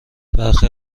برخی